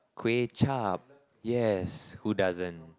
kway-zhap yes who doesn't